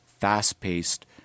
fast-paced